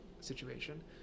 situation